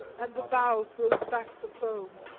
and the bow throws back the foam.